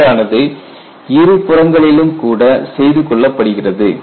batch ஆனது இருபுறங்களிலும் கூட செய்து கொள்ளப்படுகிறது